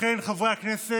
לכן, חברי הכנסת,